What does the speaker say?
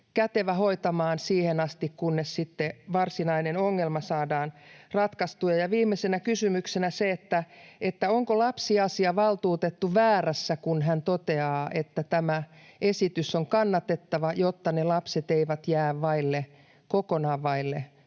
kätevä hoitamaan siihen asti, kunnes varsinainen ongelma saadaan ratkaistua. Viimeisenä kysymyksenä se, onko lapsiasiavaltuutettu väärässä, kun hän toteaa, että tämä esitys on kannatettava, jotta ne lapset eivät jää kokonaan vaille